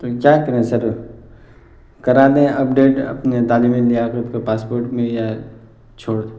تو کیا کریں سر کرا دیں اپڈیٹ اپنے تعلیمی لیاقت کو پاسپوٹ میں یا چھوڑ